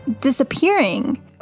disappearing